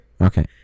Okay